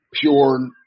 pure